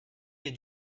mes